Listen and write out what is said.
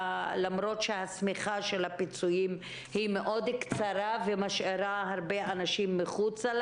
למרות ששמיכת הפיצויים מאוד קצרה והיא משאירה הרבה אנשים בחוץ.